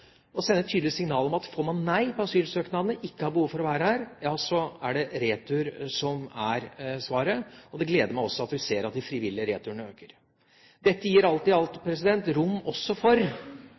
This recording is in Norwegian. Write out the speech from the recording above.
signal om at får man nei på asylsøknaden, at man ikke har behov for å være her, så er det retur som er svaret. Det gleder meg at vi også ser at de frivillige returene øker. Dette gir alt i alt rom for